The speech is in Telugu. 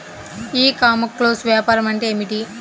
ఈ కామర్స్లో వ్యాపారం అంటే ఏమిటి?